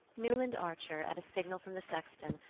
newland archer, at a signal from the sexton,